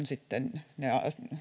sitten ne